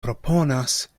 proponas